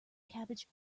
cabbage